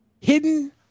hidden